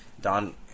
Don